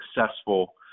successful